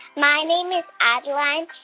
my name is adeline,